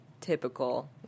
Typical